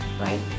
right